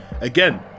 again